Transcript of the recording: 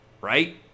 right